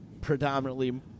predominantly